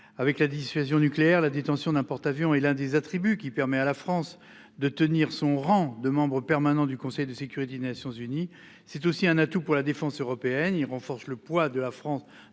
Avec la dissuasion nucléaire. La détention d'un porte-avions et l'un des attributs qui permet à la France de tenir son rang de membre permanent du Conseil de sécurité des Nations-Unies. C'est aussi un atout pour la défense européenne. Il renforce le poids de la France